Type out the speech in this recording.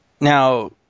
now